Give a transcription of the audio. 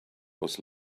was